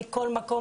מכל מקום.